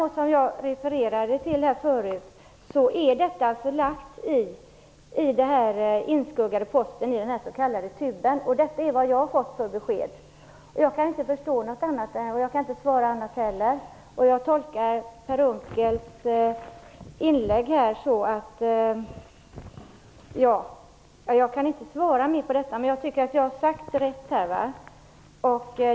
Men som jag tidigare refererade är detta förlagt till den s.k. TUB:en; det är den skuggade posten där. Det är det besked jag har fått. Jag kan inte svara något annat.